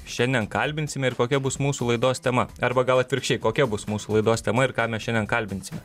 šiandien kalbinsime ir kokia bus mūsų laidos tema arba gal atvirkščiai kokia bus mūsų laidos tema ir ką mes šiandien kalbinsime